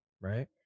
right